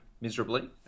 miserably